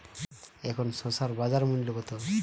এখন শসার বাজার মূল্য কত?